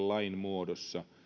lain muodossa